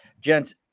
Gents